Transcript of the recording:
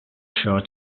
sure